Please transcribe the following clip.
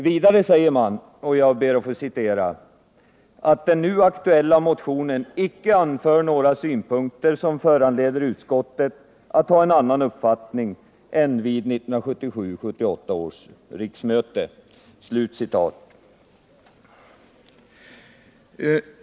Vidare säger utskottet att det inte ”i den nu aktuella motionen anförts några synpunkter som föranleder utskottet att ha en annan uppfattning än vid 1977/78 års riksmöte”.